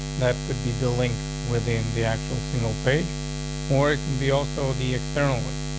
that could be the link within the actual single page more. it can be also the externally.